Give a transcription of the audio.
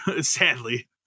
sadly